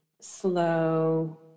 slow